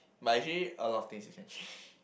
but actually a lot of things you can change